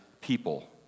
people